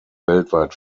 weltweit